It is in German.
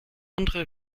andere